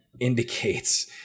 indicates